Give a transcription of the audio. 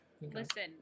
Listen